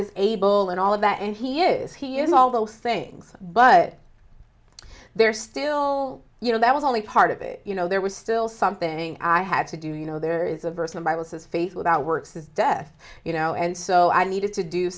is able and all of that and he is he is all those things but they're still you know that was only part of it you know there was still something i had to do you know there is a verse from bible says faith without works is death you know and so i needed to do